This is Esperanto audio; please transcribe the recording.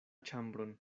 ĉambron